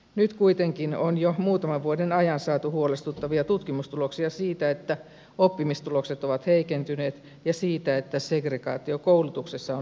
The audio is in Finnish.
nyt kuitenkin on jo muutaman vuoden ajan saatu huolestuttavia tutkimustuloksia siitä että oppimistulokset ovat heikentyneet ja siitä että segregaatio koulutuksessa on lisääntynyt